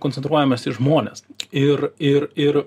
koncentruojamės į žmones ir ir ir